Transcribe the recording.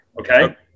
Okay